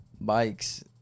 bikes